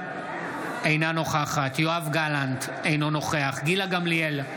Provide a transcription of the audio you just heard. אינה נוכחת יואב גלנט, אינו נוכח גילה גמליאל,